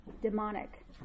demonic